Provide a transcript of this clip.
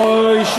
אוי,